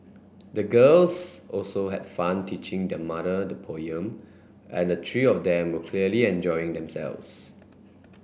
the girls also had fun teaching their mother the poem and the three of them were clearly enjoying themselves